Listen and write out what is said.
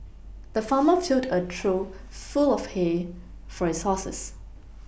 the farmer filled a trough full of hay for his horses